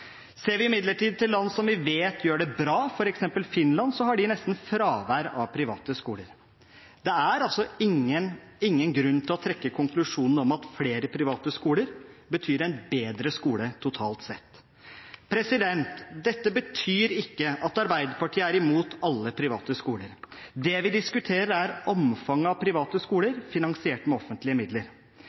Ser vi imidlertid til land som vi vet gjør det bra, f.eks. Finland, har de nesten fravær av private skoler. Det er altså ingen grunn til å trekke konklusjonen om at flere private skoler betyr en bedre skole totalt sett. Dette betyr ikke at Arbeiderpartiet er imot alle private skoler. Det vi diskuterer, er omfanget av private skoler finansiert med offentlige midler.